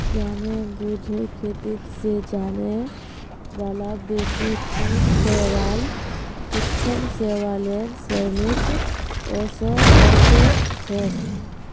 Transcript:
जानेबुझे खेती स जाने बाला बेसी टी शैवाल सूक्ष्म शैवालेर श्रेणीत ओसेक छेक